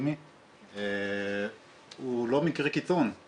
אם כי אנחנו לא מורידים את הרגל מהגז.